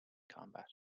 combat